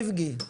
אבי גולן.